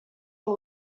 are